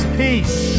peace